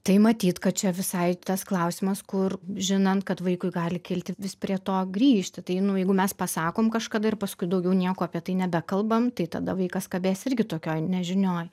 tai matyt kad čia visai tas klausimas kur žinant kad vaikui gali kilti vis prie to grįžti tai nu jeigu mes pasakom kažkada ir paskui daugiau nieko apie tai nebekalbam tai tada vaikas kabės irgi tokioj nežinioj